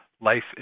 life